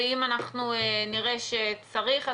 ואם אנחנו נראה שצריך,